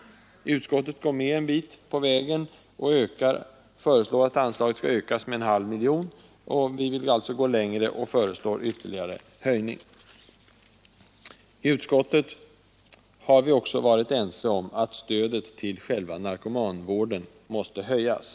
Utskottet går med en bit på vägen och föreslår att anslaget skall ökas med en halv miljon. Vi vill alltså gå längre och begär ytterligare höjning. I utskottet har vi också varit ense om att stödet till själva narkomanvården måste höjas.